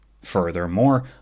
Furthermore